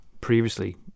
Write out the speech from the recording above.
previously